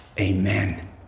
Amen